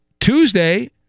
Tuesday